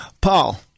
Paul